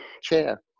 Chair